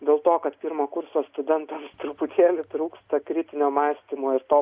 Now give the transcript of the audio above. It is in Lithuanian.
dėl to kad pirmo kurso studentams truputėlį trūksta kritinio mąstymo ir to